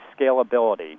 scalability